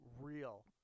real